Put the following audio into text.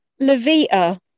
Levita